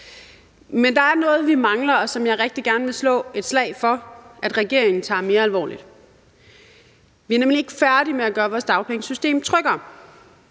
Men der er noget, vi mangler, som jeg rigtig gerne vil slå et slag for at regeringen tager mere alvorligt. Vi er nemlig ikke færdige med at gøre vores dagpengesystem tryggere.